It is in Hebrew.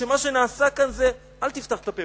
ומה שנעשה כאן זה: אל תפתח את הפה,